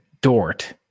dort